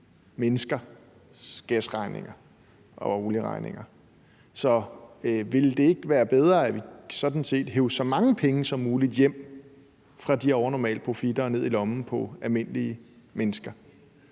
gas- og olieregninger ude i den anden ende. Så ville det ikke være bedre, at vi sådan set hev så mange penge som muligt hjem fra de overnormale profitter og lagde dem ned i lommen på almindelige mennesker?